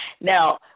now